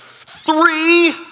three